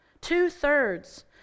Two-thirds